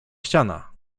ściana